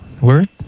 word